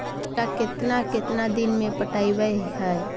खिरा केतना केतना दिन में पटैबए है?